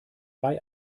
bei